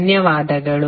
ಧನ್ಯವಾದಗಳು